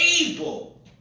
able